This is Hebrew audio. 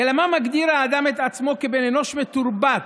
מה מגדיר את האדם עצמו כבן אנוש מתורבת,